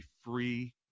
free